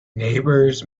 neighbors